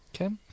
Okay